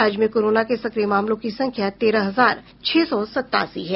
राज्य में कोरोना के सक्रिय मामलों की संख्या तेरह हजार छह सौ सतासी है